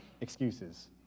excuses